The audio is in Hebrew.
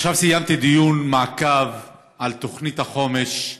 עכשיו סיימתי דיון מעקב על תוכנית החומש,